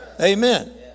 Amen